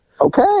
Okay